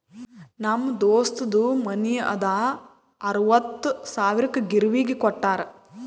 ನಮ್ ದೋಸ್ತದು ಮನಿ ಅದಾ ಅರವತ್ತ್ ಸಾವಿರಕ್ ಗಿರ್ವಿಗ್ ಕೋಟ್ಟಾರ್